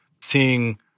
seeing